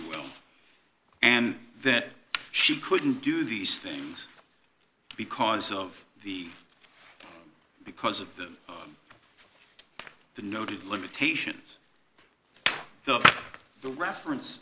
will and that she couldn't do these things because of the because of the the noted limitations though the reference